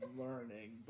learning